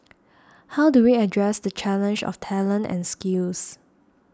how do we address the challenge of talent and skills